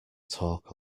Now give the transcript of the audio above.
talk